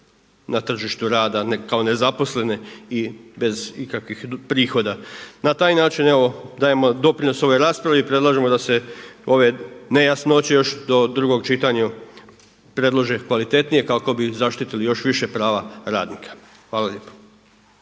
na tržištu rada kao zaposlene i bez ikakvih prihoda. Na taj način evo dajemo doprinos ovoj raspravi i predlažemo da se ove nejasnoće još do drugog čitanja predlože kvalitetnije kako bi zaštitili još više prava radnika. Hvala lijepa.